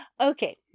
okay